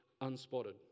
unspotted